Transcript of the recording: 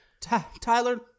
Tyler